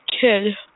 kid